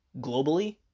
globally